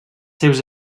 seus